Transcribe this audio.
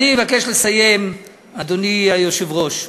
אני מבקש לסיים, אדוני היושב-ראש.